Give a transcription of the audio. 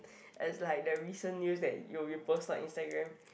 as like the recent news that you you post on Instagram